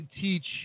teach